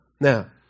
Now